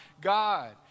God